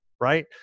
Right